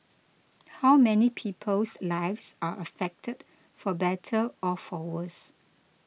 how many people's lives are affected for better or for worse